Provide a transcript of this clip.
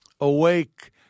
Awake